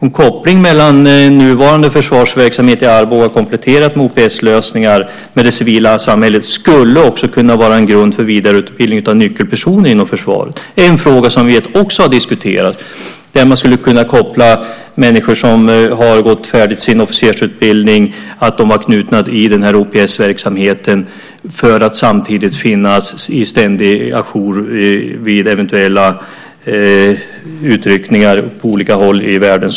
En koppling mellan nuvarande försvarsverksamhet i Arboga kompletterad med OPS-lösningar med det civila samhället skulle också kunna vara en grund för vidareutbildning av nyckelpersoner inom försvaret. Det är en fråga som vi också har diskuterat. Människor som har gått färdigt sin officersutbildning kan knytas till OPS-verksamheten, för att samtidigt finnas i ständig jour vid eventuella utryckningar på olika håll i världen.